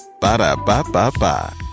Ba-da-ba-ba-ba